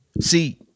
See